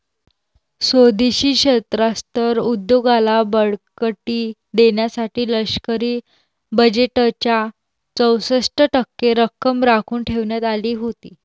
स्वदेशी शस्त्रास्त्र उद्योगाला बळकटी देण्यासाठी लष्करी बजेटच्या चौसष्ट टक्के रक्कम राखून ठेवण्यात आली होती